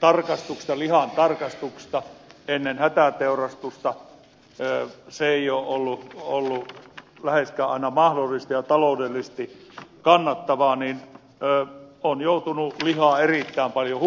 jäykästä lihantarkastuksesta johtuen hätäteurastus ei ole ollut läheskään aina mahdollista ja taloudellisesti kannattavaa ja on joutunut lihaa erittäin paljon hukkaan